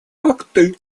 акты